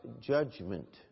judgment